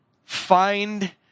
find